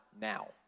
now